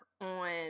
on